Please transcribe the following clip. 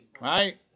Right